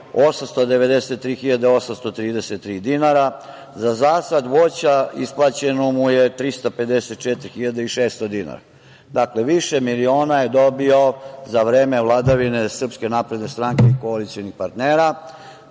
893.833 dinara. Za zasad voća isplaćeno mu je 354.600 dinara. Dakle, više miliona je dobio za vreme vladavine SNS i koalicionih partnera.